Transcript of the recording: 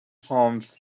homes